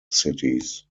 cities